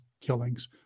killings